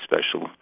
special